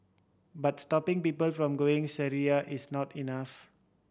but stopping people from going Syria is not enough